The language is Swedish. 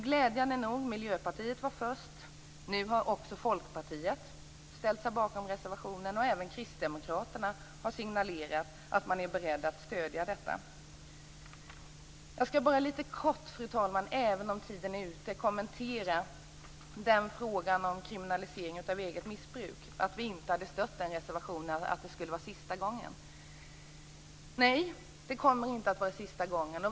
Miljöpartiet var först, man glädjande nog har också Folkpartiet nu ställt sig bakom reservationen. Även Kristdemokraterna har signalerat att man är beredd att stödja detta. Fru talman! Jag skall bara kort kommentera frågan om kriminalisering av eget missbruk och att vi inte hade stött den reservationen och att det skulle vara sista gången. Nej, det kommer inte att vara sista gången.